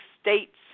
states